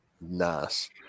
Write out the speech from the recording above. Nice